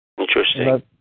Interesting